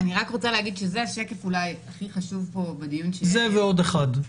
זה השקף שאולי הכי חשוב פה בדיון -- זה ועוד אחד.